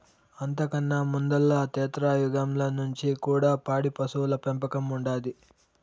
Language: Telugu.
అంతకన్నా ముందల త్రేతాయుగంల నుంచి కూడా పాడి పశువుల పెంపకం ఉండాది